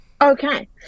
Okay